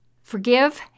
Forgive